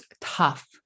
tough